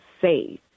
safe